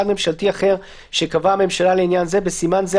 ממשלתי אחר שקבעה הממשלה לעניין זה (בסימן זה,